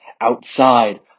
outside